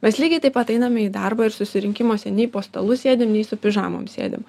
mes lygiai taip pat einame į darbą ir susirinkimuose nei po stalu sėdim nei su pižamom sėdim